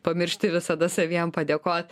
pamiršti visada saviem padėkot